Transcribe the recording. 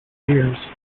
years